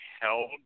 held